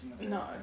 No